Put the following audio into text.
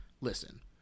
Listen